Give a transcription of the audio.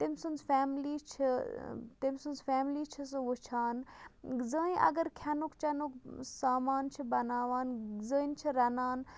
تٔمۍ سٕنٛز فیملی چھِ تٔمۍ سٕنٛز فیملی چھِ سُہ وٕچھان زٔنۍ اگر کھٮ۪نُک چٮ۪نُک سامان چھِ بَناوان زٔنۍ چھِ رَنان